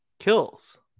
kills